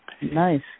Nice